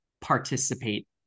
participate